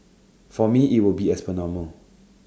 for me IT will be as per normal